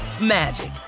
magic